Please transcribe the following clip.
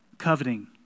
coveting